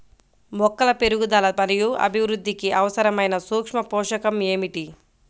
మొక్కల పెరుగుదల మరియు అభివృద్ధికి అవసరమైన సూక్ష్మ పోషకం ఏమిటి?